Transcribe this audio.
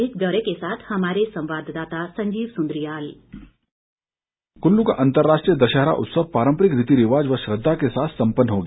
अधिक ब्यौरे के साथ हमारे संवाददाता संजीव सुन्द्रियाल कुल्लू का अंतर्राष्ट्रीय दशहरा उत्सव पारम्परिक रीति रिवाज व श्रद्वा के साथ सम्पन्न हो गया